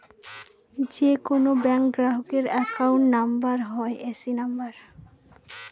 যে কোনো ব্যাঙ্ক গ্রাহকের অ্যাকাউন্ট নাম্বার হয় এ.সি নাম্বার